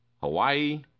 Hawaii